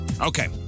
Okay